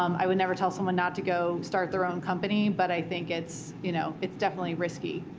um i would never tell someone not to go start their own company, but i think it's you know it's definitely riskier.